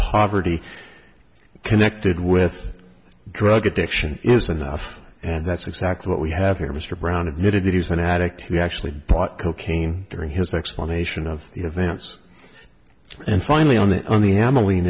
poverty connected with drug addiction isn't enough and that's exactly what we have here mr brown admitted that he's an addict he actually bought cocaine during his explanation of events and finally on the on the amal